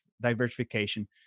diversification